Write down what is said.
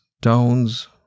towns